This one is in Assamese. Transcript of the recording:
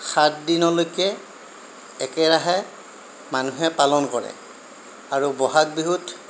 সাত দিনলৈকে একেৰাহে মানুহে পালন কৰে আৰু ব'হাগ বিহুত